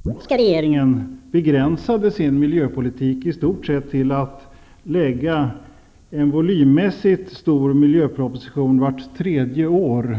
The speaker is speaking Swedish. Fru talman! Göran Persson anklagar regeringen för passivitet. Jag tycker att den anklagelsen får något patetiskt över sig när man vet att den socialdemokratiska regeringen begränsade sin miljöpolitik i stort sett till att lägga fram en volymmässigt stor miljöproposition vart tredje år.